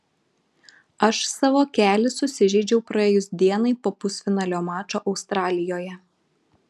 aš savo kelį susižeidžiau praėjus dienai po pusfinalio mačo australijoje